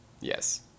Yes